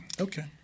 Okay